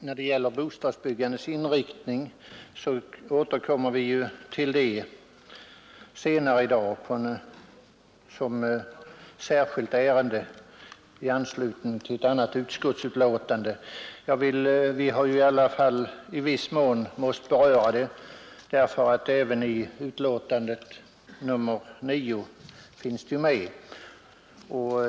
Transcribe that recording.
Herr talman! I anslutning till ett annat utskottsbetänkande återkommer vi senare i dag till bostadsbyggandets inriktning som ett särskilt ärende. I viss mån har vi här redan nu måst beröra frågan, därför att den finns med även i civilutskottets betänkande nr 9.